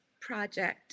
project